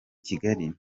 kigali